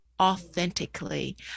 authentically